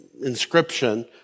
inscription